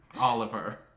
Oliver